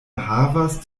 havas